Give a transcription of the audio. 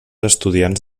estudiants